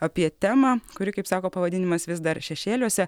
apie temą kuri kaip sako pavadinimas vis dar šešėliuose